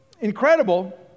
incredible